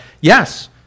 yes